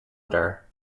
odor